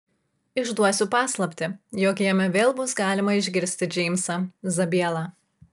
išduosiu paslaptį jog jame vėl bus galima išgirsti džeimsą zabielą